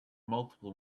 multiple